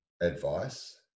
advice